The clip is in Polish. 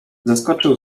zeskoczył